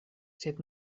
sed